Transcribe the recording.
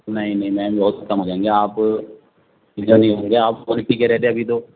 نہیں نہیں میم بہت کم ہو جائیں گے آپ اتنا نہیں ہوں گے آپ ون ایٹی کہہ رہے تھے ابھی تو